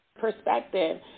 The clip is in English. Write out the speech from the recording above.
perspective